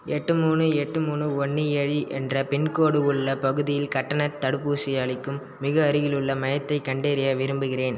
எட்டு மூணு எட்டு மூணு ஒன்று ஏழு என்ற பின்கோட் உள்ள பகுதியில் கட்டணத் தடுப்பூசிகள் அளிக்கும் மிக அருகிலுள்ள மையத்தைக் கண்டறிய விரும்புகிறேன்